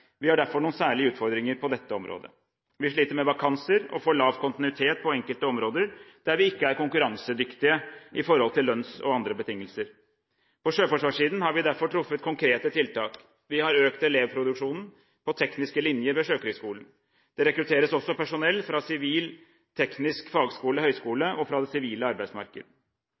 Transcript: Vi har derfor noen særlige utfordringer på dette området. Vi sliter med vakanser og for lav kontinuitet på enkelte områder der vi ikke er konkurransedyktige når det gjelder lønn og andre betingelser. På sjøforsvarssiden har vi derfor truffet konkrete tiltak. Vi har økt elevproduksjonen på tekniske linjer ved Sjøkrigsskolen. Det rekrutteres også personell fra sivil teknisk fagskole/høyskole og fra det sivile arbeidsmarkedet.